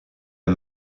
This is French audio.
est